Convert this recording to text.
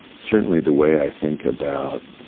certainly the way i think about